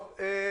טוב.